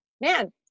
man